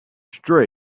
straight